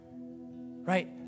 Right